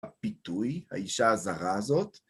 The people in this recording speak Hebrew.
הפיתוי, האישה הזרה הזאת.